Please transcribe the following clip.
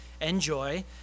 enjoy